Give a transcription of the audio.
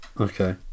Okay